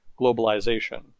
globalization